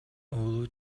уулу